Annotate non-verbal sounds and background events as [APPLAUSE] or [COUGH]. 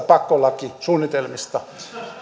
[UNINTELLIGIBLE] pakkolakisuunnitelmista ei